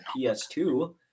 PS2